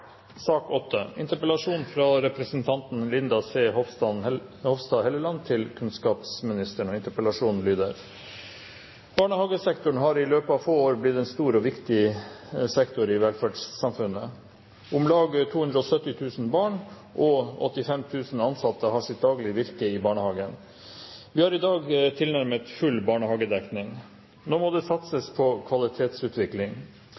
sak nr. 7. Barnehagesektoren har i løpet av få år blitt en stor og viktig sektor i velferdssamfunnet. Om lag 270 000 barn og 85 000 ansatte har sitt daglige virke i barnehagen. Vi har i dag tilnærmet full barnehagedekning, så hvorfor er en videre utvikling av barnehagen fortsatt så høyt på den politiske dagsordenen? Jo, det